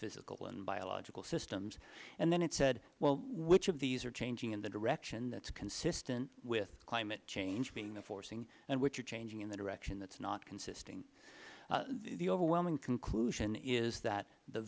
physical and biological systems and then it said well which of these are changing in the direction that is consistent with climate change being the forcing and which are changing in the direction that is not consisting the overwhelming conclusion is that the